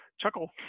chuckle